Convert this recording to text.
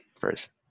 first